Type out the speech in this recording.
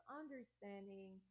understanding